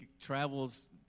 travels